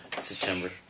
September